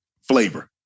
flavor